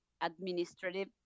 administrative